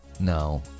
no